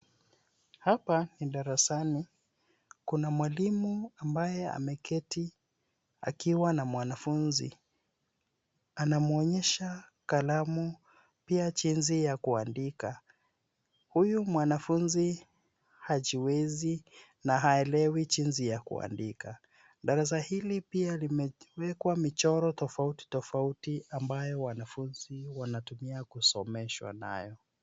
Hapa ni darasani kuna mwalimu ambaye ameketi akiwa na mwanafunzi anamuonyesha kalamu pia jinsi ya kuandika ,huyu mwanafunzi hajiwezi na haelewi jinsi ya kuandika . Darasa hili pia limewekwa michoro tofauti tofauti ambayo wanafunzi wanatumia kusomeshwa nayo.